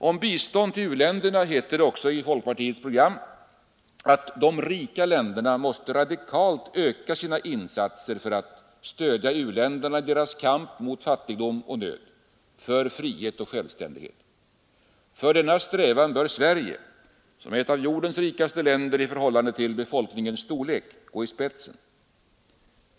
Om bistånd till u-länderna heter det också i folkpartiets program: ”De rika länderna måste radikalt öka sina insatser för att stödja u-länderna i deras kamp mot fattigdom och nöd, för frihet och självständighet. För denna strävan bör Sverige, som ett av jordens rikaste länder i förhållande till befolkningens storlek, gå i spetsen.